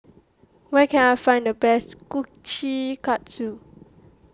where can I find the best Kushikatsu